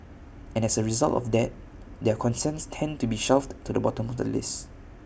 and as A result of that their concerns tend to be shoved to the bottom of the list